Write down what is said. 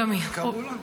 איך קראו לה?